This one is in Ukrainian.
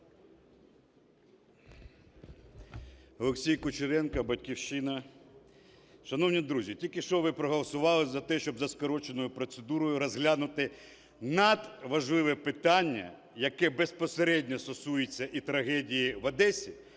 Олексій Кучеренко, "Батьківщина". Шановні друзі, тільки що ви проголосували за те, щоб за скороченою процедурою розглянути надважливе питання, яке безпосередньо стосується і трагедії в Одесі,